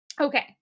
Okay